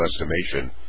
estimation